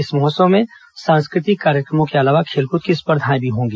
इस महोत्सव में सांस्कृतिक कार्यक्रमों के अलावा खेलकूद की स्पधाएं भी होंगी